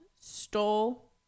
stole